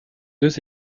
deux